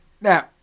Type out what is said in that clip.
Now